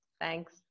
Thanks